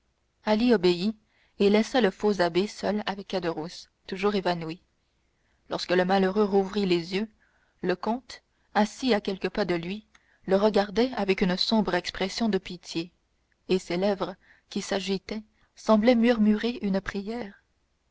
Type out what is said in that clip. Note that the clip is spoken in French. obéit et laissa le faux abbé seul avec caderousse toujours évanoui lorsque le malheureux rouvrit les yeux le comte assis à quelques pas de lui le regardait avec une sombre expression de pitié et ses lèvres qui s'agitaient semblaient murmurer une prière